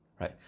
right